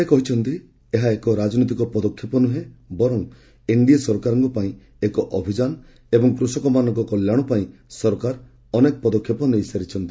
ସେ କହିଛନ୍ତି ଏହା ଏକ ରାଜନୈତିକ ପଦକ୍ଷେପ ନୃହେଁ ବରଂ ଏନ୍ଡିଏ ସରକାରଙ୍କ ପାଇଁ ଏହା ଏକ ଅଭିଯାନ ଏବଂ କୃଷକମାନଙ୍କ କଲ୍ୟାଣପାଇଁ ସରକାର ଅନେକ ପଦକ୍ଷେପ ନେଇସାରିଛନ୍ତି